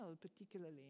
particularly